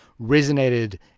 resonated